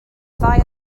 ddau